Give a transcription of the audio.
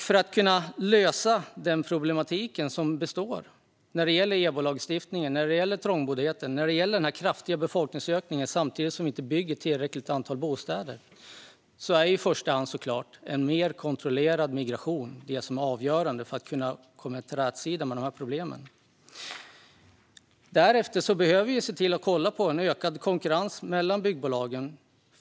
För att kunna lösa den problematik som består när det gäller EBO-lagstiftningen, trångboddheten och den kraftiga befolkningsökningen samtidigt som det inte byggs tillräckligt många bostäder är såklart en mer kontrollerad migration avgörande. Därefter behöver vi kolla på ökad konkurrens mellan byggbolagen.